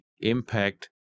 impact